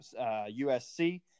USC